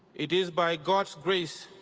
it is by god's grace,